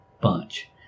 bunch